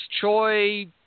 Choi